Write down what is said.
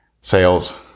sales